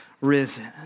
risen